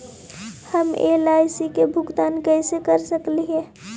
हम एल.आई.सी के भुगतान कैसे कर सकली हे?